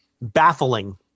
baffling